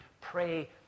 Pray